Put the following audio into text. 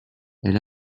elle